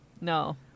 No